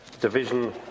division